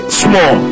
small